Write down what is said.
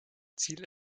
ziel